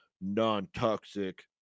non-toxic